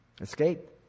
escape